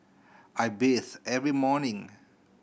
I bathe every morning